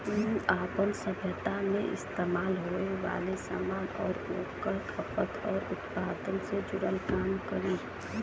उ आपन सभ्यता मे इस्तेमाल होये वाले सामान आउर ओकर खपत आउर उत्पादन से जुड़ल काम करी